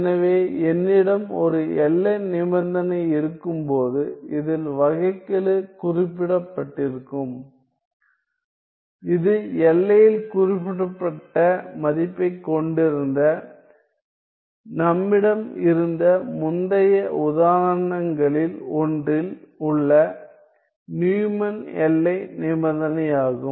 எனவே என்னிடம் ஒரு எல்லை நிபந்தனை இருக்கும்போது இதில் வகைக்கெழு குறிப்பிடப்பட்டிருக்கும் இது எல்லையில் குறிப்பிடப்பட்ட மதிப்பைக் கொண்டிருந்த நம்மிடம் இருந்த முந்தைய உதாரணங்களில் ஒன்றில் உள்ள நியூமன் எல்லை நிபந்தனையாகும்